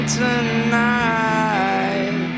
tonight